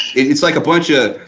it's like a bunch of,